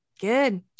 Good